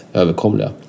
överkomliga